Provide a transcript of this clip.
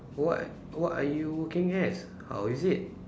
what what are you working as how is it